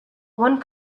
one